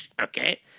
Okay